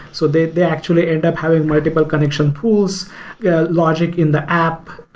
so they they actually end up having multiple connection pools logic in the app,